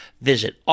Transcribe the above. visit